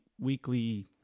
weekly